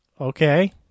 Okay